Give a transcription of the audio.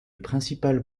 principal